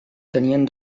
tenien